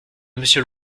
monsieur